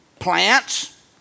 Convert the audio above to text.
Plants